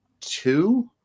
two